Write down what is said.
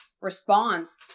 response